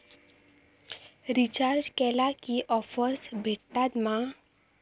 Recharge केला की offers भेटात मा?